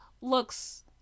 looks